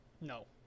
No